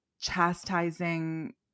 chastising